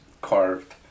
carved